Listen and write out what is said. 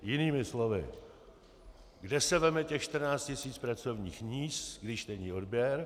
Jinými slovy: Kde se vezme těch 14 tisíc pracovních míst, když není odběr?